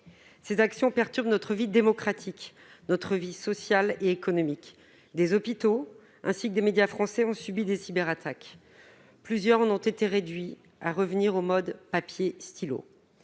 Ces actions perturbent notre vie démocratique, ainsi que notre vie sociale et économique. Des hôpitaux ainsi que des médias français ont subi des cyberattaques. Plusieurs en ont été réduits à revenir au mode papier et stylo.